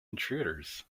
intruders